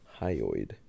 Hyoid